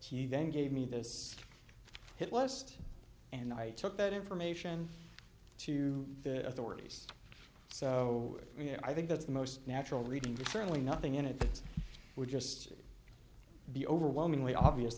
then gave me this hit list and i took that information to the authorities so i think that's the most natural reading to certainly nothing in it that would just be overwhelmingly obvious